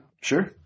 Sure